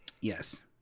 Yes